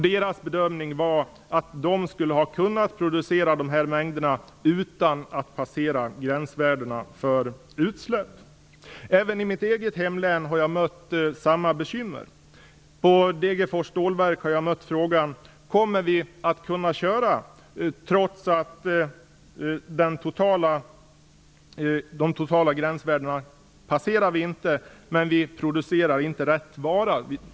Deras bedömning var att de skulle ha kunnat producera de här mängderna utan att passera gränsvärdena för utsläpp. Även i mitt hemlän har jag mött samma bekymmer. På Degerfors stålverk har jag mött frågan: Kommer vi att kunna ha produktionen i gång om vi inte passerar de totala gränsvärdena, trots att vi inte producerar rätt vara?